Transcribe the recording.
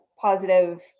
positive